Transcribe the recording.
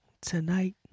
Tonight